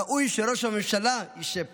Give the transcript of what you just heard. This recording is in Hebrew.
ראוי שראש הממשלה ישב פה,